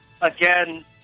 again